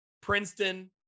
Princeton